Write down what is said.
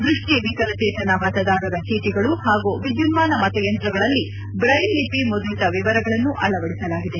ದೃಷ್ಟಿವಿಕಲಚೇತನ ಮತದಾರರ ಚೀಟಗಳು ಹಾಗೂ ವಿದ್ದುನ್ನಾನ ಮತಯಂತ್ರಗಳಲ್ಲಿ ಜ್ರೈಲ್ಲಿಪಿ ಮುದ್ರಿತ ವಿವರಗಳನ್ನು ಅಳವಡಿಸಲಾಗಿದೆ